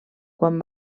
quan